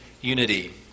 unity